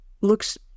looks